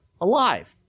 alive